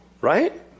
right